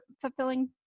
Fulfilling